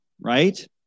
right